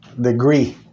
degree